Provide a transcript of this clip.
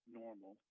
normal